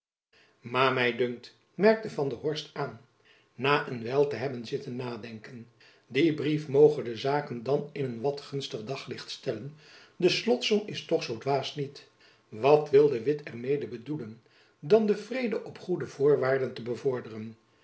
maar my dunkt merkte van der horst aan na een wijl te hebben zitten nadenken die brief moge de zaken dan in een wat al gunstig daglicht stellen de slotsom is toch zoo dwaas niet wat wil de witt er mede bedoelen dan den vrede op goede voorwaarden te bevorderen